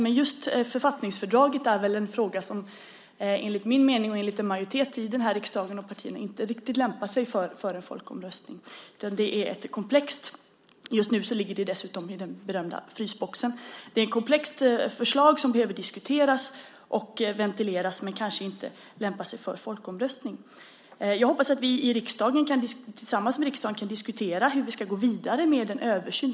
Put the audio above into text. Men just författningsfördraget är en fråga som enligt min mening och en majoritet i riksdagen inte lämpar sig för en folkomröstning. Det är ett komplext förslag. Just nu ligger det också i den berömda frysboxen. Det behöver diskuteras och ventileras men lämpar sig kanske inte för folkomröstning. Jag hoppas att vi tillsammans med riksdagen kan diskutera hur vi ska gå vidare med en översyn.